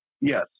Yes